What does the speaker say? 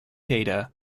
data